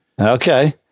Okay